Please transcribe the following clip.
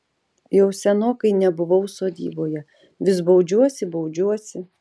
jau senokai nebuvau sodyboje vis baudžiuosi baudžiuosi